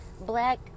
black